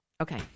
Okay